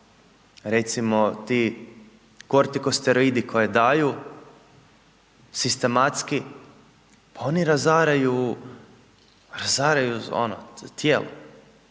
recimo ti kortikosteroidi koje daju, sistematski, oni razaraju ono tijelo.